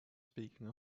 speaking